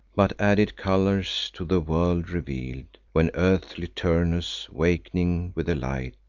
but added colors to the world reveal'd when early turnus, wak'ning with the light,